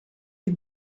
est